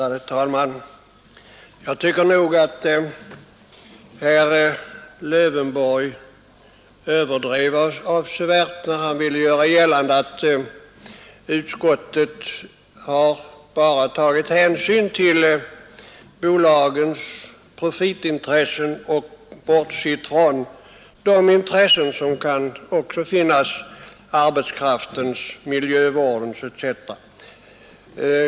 Ärade talman! Jag tycker att herr Lövenborg överdrev avsevärt, när han ville göra gällande att utskottet bara har tagit hänsyn till bolagens profitintressen och bortsett från andra intressen som också kan finnas: arbetskraftens, miljövårdens etc.